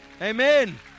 Amen